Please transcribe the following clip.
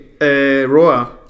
Roa